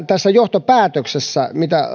tässä johtopäätöksessä mainitaan näin mitä